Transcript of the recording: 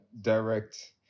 direct